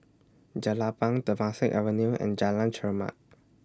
Jelapang Temasek Avenue and Jalan Chermat